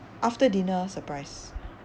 after dinner surprise